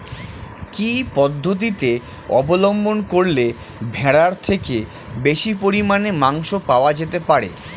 কি পদ্ধতিতে অবলম্বন করলে ভেড়ার থেকে বেশি পরিমাণে মাংস পাওয়া যেতে পারে?